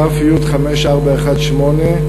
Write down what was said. ת"י 5418,